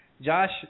Josh